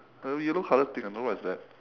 a yellow colour thing I don't know what is that